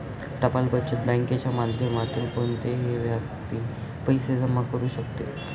टपाल बचत बँकेच्या माध्यमातून कोणतीही व्यक्ती पैसे जमा करू शकते